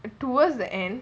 to~ towards the end